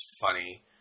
funny